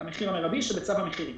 המחיר המרבי שבצו המחירים.